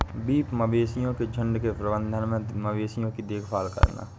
beef मवेशियों के झुंड के प्रबंधन में मवेशियों की देखभाल करना